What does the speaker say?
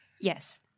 Yes